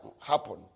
happen